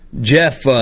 Jeff